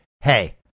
Hey